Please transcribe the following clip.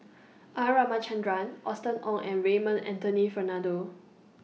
R Ramachandran Austen Ong and Raymond Anthony Fernando